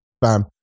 bam